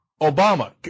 Obama